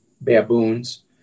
baboons